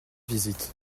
visites